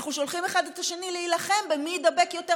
אנחנו שולחים אחד את השני להילחם במי יידבק יותר